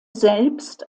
selbst